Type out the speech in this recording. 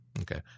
Okay